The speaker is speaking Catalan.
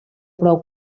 prou